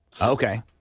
Okay